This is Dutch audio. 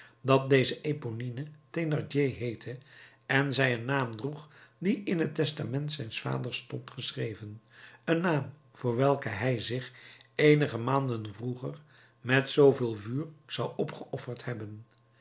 dat deze eponine thénardier heette en zij een naam droeg die in het testament zijns vaders stond geschreven een naam voor welken hij zich eenige maanden vroeger met zooveel vuur zou opgeofferd hebben